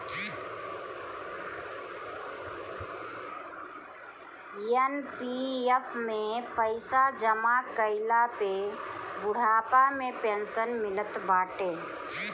NPF में पईसा जमा कईला पे बुढ़ापा में पेंशन मिलत बाटे